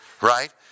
Right